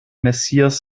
messias